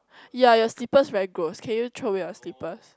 yah your slippers very gross can you throw away your slippers